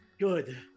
Good